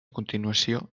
continuació